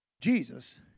Jesus